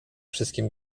wszystkim